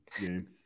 game